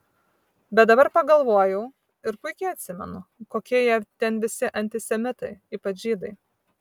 bet dabar pagalvojau ir puikiai atsimenu kokie jie ten visi antisemitai ypač žydai